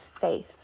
face